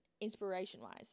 inspiration-wise